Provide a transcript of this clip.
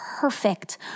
perfect